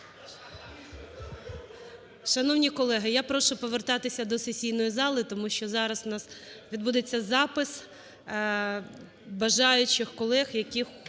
Шановні колеги, я прошу повертатися до сесійної зали, тому що зараз у нас відбудеться запис бажаючих колег, які